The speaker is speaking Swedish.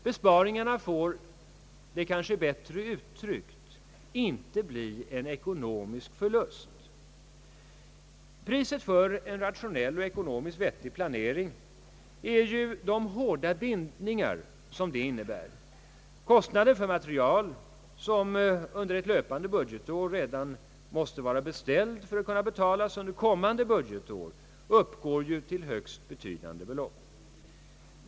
Besparingarna får — det kanske är bättre uttryckt — inte bli en ekonomiska förlust. Priset för en rationell och ekonomiskt vettig planering är ju de hårda bindningar, som en sådan planering innebär. Kostnaderna för material, som under ett löpande budgetår redan måste vara beställt för att kunna betalas under ett kommande budgetår, uppgår ju till högst betydande belopp.